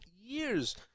years